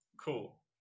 cool